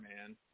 man